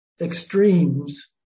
extremes